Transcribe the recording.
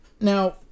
now